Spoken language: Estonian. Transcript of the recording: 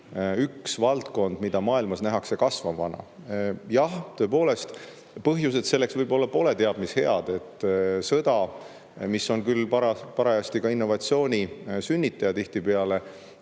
üks valdkond, mida maailmas nähakse kasvavana. Jah, tõepoolest, põhjused selleks võib-olla pole teab mis head. Sõda, mis on küll parajasti ka innovatsiooni sünnitaja tihtipeale,